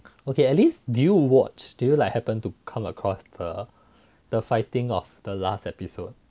okay at least do you watch do you like happened to come across the the fighting of the last episode